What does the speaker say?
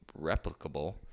replicable